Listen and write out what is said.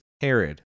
Herod